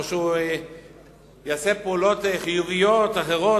או שהוא יעשה פעולות חיוביות אחרות,